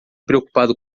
preocupado